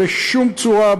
בשום צורה,